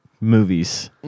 movies